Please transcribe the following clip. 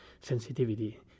sensitivity